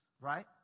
Right